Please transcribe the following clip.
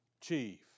chief